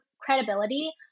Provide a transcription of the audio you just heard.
credibility